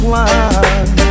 one